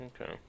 Okay